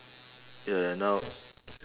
ya ya now